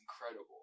incredible